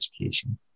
education